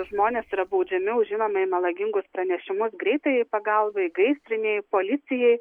žmonės yra baudžiami už žinomai melagingus pranešimus greitajai pagalbai gaisrinei policijai